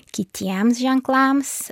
kitiems ženklams